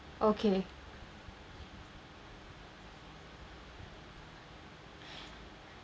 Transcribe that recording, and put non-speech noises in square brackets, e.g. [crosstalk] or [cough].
okay [breath]